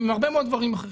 עם הרבה מאוד דברים אחרים.